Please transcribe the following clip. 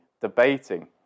debating